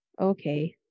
Okay